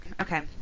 Okay